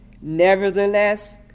nevertheless